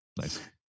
Nice